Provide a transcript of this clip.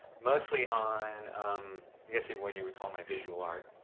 mostly on, i guess you, what you would call my visual art,